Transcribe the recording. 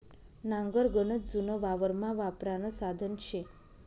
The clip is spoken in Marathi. नांगर गनच जुनं वावरमा वापरानं साधन शे